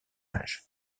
âge